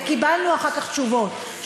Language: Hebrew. וקיבלנו אחר כך תשובות.